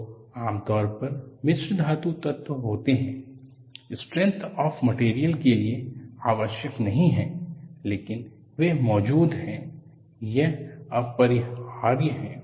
वे आमतौर पर मिश्र धातु तत्व होते हैं स्ट्रेंथ ऑफ मटेरियल के लिए आवश्यक नहीं है लेकिन वे मौजूद हैं यह अपरिहार्य है